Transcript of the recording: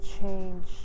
change